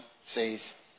says